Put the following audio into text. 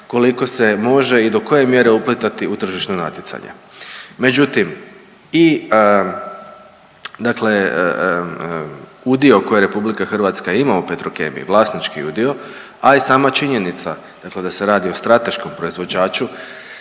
koliko se može i do koje mjere uplitati u tržišna natjecanja. Međutim, i dakle udio koji RH ima u Petrokemiji, vlasnički udio, a i sama činjenica dakle da se radi o strateškom proizvođaču